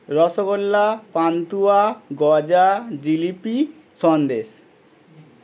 rasgulla pantua goja jalebi Sandesh